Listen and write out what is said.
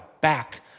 back